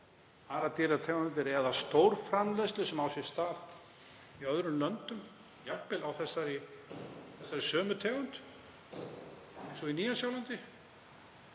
dýrategundir eða stórframleiðslu sem á sér stað í öðrum löndum, jafnvel á þessari sömu tegund, eins og í Nýja-Sjálandi.